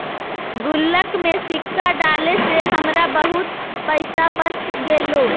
गुल्लक में सिक्का डाले से हमरा बहुत पइसा बच गेले